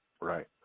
Right